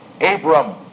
Abram